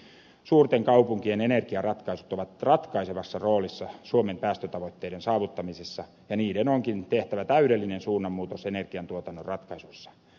suurten kaupunkien energiaratkaisut ovat ratkaisevassa roolissa suomen päästötavoitteiden saavuttamisessa ja niiden onkin tehtävä täydellinen suunnanmuutos energiantuotannon ratkaisuissa